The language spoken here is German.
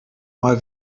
mal